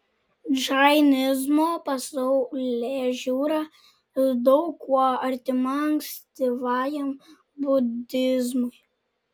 džainizmo pasaulėžiūra daug kuo artima ankstyvajam budizmui